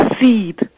seed